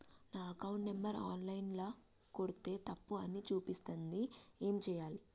నా account number online ల కొడ్తే తప్పు అని చూపిస్తాంది ఏం చేయాలి?